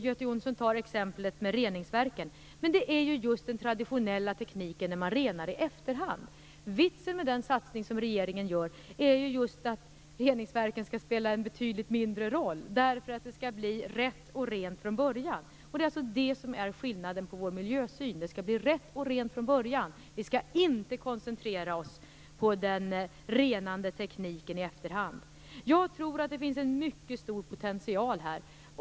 Göte Jonsson tar upp exemplet med reningsverken. Men där handlar det ju just om den traditionella tekniken när man renar i efterhand. Vitsen med den satsning som regeringen gör är ju att reningsverken skall spela en betydligt mindre roll därför att det skall bli rätt och rent från början. Det är detta som är skillnaden i vår miljösyn. Det skall bli rätt och rent från början. Vi skall inte koncentrera oss på den renande tekniken i efterhand. Jag tror att det finns en mycket stor potential här.